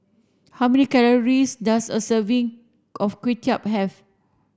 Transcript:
how many calories does a serving of Kway Chap have